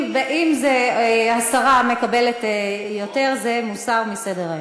אם הסרה מקבלת יותר, זה מוסר מסדר-היום.